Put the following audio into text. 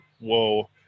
whoa